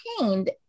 maintained